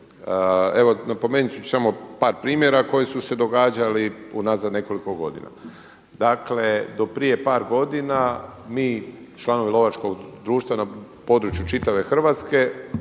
Evo napomenut ću samo par primjera koji su se događali unazad nekoliko godina. Dakle do prije par godina mi članovi lovačkog društva na području čitave Hrvatske,